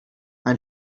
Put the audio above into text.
ein